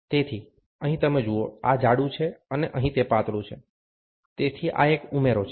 તેથી અહીં તમે જુઓ આ જાડું છે અને અહીં તે પાતળું છે તેથી આ એક ઉમેરો છે